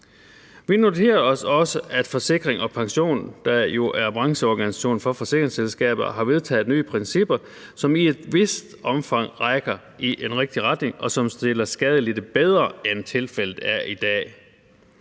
Vi noterer os også, at Forsikring & Pension, der jo er brancheorganisation for forsikringsselskaber, har vedtaget nye principper, som i et vist omfang rækker i en rigtig retning, og som stiller skadelidte bedre, end tilfældet er i dag.